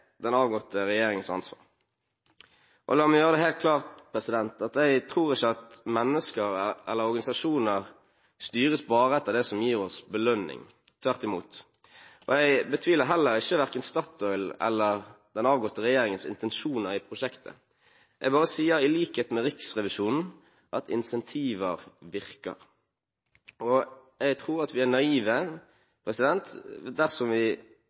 den avgåtte regjeringens ansvar. La meg gjøre det helt klart at jeg tror ikke at mennesker eller organisasjoner bare styres etter det som gir belønning, tvert imot. Jeg betviler heller ikke Statoils eller den avgåtte regjeringens intensjoner i prosjektet, jeg bare sier, i likhet med Riksrevisjonen, at incentiver virker. Og jeg tror vi er naive dersom vi